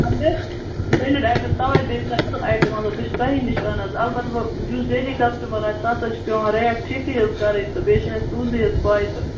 branded item توے بییٚہِ چھُ اصٕل آیٹم آسان بہٕ چھس تۄہی نِش یوان حَظ البتہٕ بہٕ یُس ڈیلی کسٹمر آسہِ تس حَظ چھِ پیوان ریٹھ ٹھیٖکھٕے حَظ کرٕنۍ تہٕ بیٚیہِ چھُ اسہِ تُہندٕے یٲژ پاے تہٕ